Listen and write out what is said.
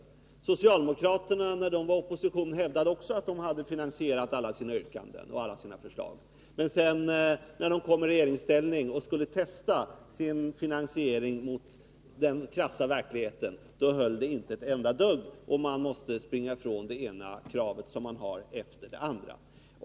Då socialdemokraterna var i opposition hävdade också de att de hade finansierat alla sina yrkanden och förslag, men när de sedan kom i regeringsställning och skulle testa sin finansiering mot den krassa verkligheten höll finansieringen inte alls, och de tvingas springa ifrån det ena efter det andra av sina krav.